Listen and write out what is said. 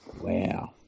Wow